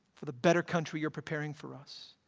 for the better country you're preparing for us.